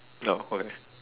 no okay